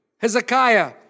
Hezekiah